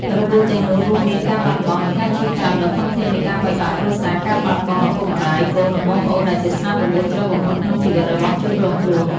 របួសទាំងនោះរួមមាន ការបាត់បង់ និងការឈឺចាប់ ដ៏ធំធេងនៃការបែកបាក់គ្រួសារ ការបាត់បង់ឪពុកម្ដាយ កូន និងបងប្អូន ដែលជាស្នាមរបួសជ្រៅបំផុតក្នុងជីវិតរបស់ជនរងគ្រោះ។